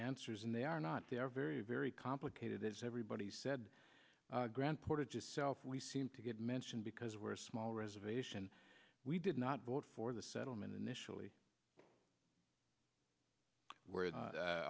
answers and they are not they are very very complicated everybody said grant portage itself we seem to get mentioned because we're a small reservation we did not vote for the settlement initially where